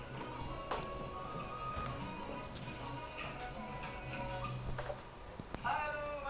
I mean he said I mean not worth lah like the queue there legit at least one hour